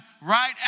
right